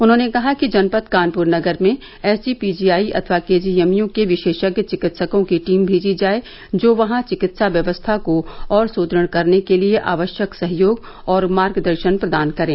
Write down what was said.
उन्होंने कहा कि जनपद कानपुर नगर में एसजीपीजीआई अथवा केजीएमयू के विशेषज्ञ चिकित्सकों की टीम भेजी जाए जो वहां चिकित्सा व्यवस्था को और सुदृढ़ करने के लिए आवश्यक सहयोग और मार्गदर्शन प्रदान करे